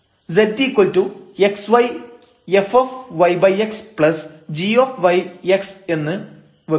zxy f yx g yx എന്ന് വെക്കുക